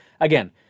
Again